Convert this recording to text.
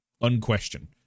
unquestioned